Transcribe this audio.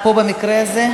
הכלכלה.